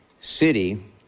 city